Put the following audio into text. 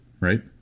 right